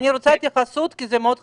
אני רוצה התייחסות כי זה מאוד חשוב.